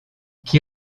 qui